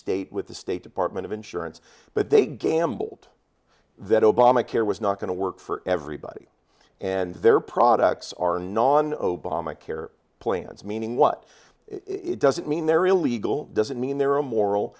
state with the state department of insurance but they gambled that obamacare was not going to work for everybody and their products are non obamacare plans meaning what it doesn't mean they're illegal doesn't mean they're all moral